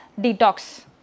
detox